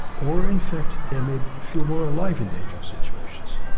or in fact they may feel more alive in dangerous situations.